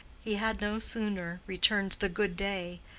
he had no sooner returned the good day,